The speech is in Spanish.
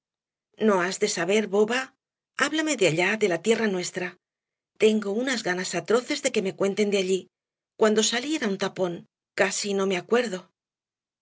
no has de saber boba háblame de allá de la tierra nuestra tengo unas ganas atroces de que me cuenten de allí cuando salí era un tapón casi no me acuerdo